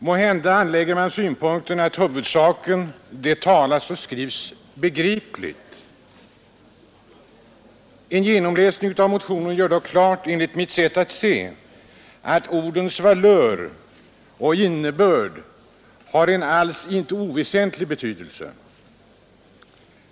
Måhända lägger man synpunkten: ”Huvudsaken det talas och skrivs begripligt.” En genomläsning av motionen gör dock klart, enligt mitt sätt att se, att ordens valör och innebörd har en inte alls oväsentlig betydelse.